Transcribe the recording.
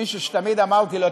מישהו שתמיד אמרתי לו,